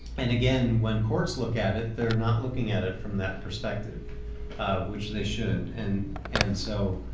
and again, when courts look at it they're not looking at it from that perspective which they should. and and so